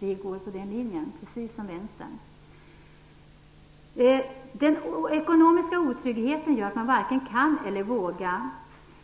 Vi går på den linjen, precis som Vänstern. Den ekonomiska otryggheten gör att man varken kan eller vågar.